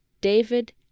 David